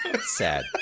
Sad